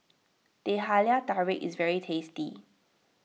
Teh Halia Tarik is very tasty